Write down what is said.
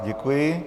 Děkuji.